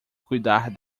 cuidar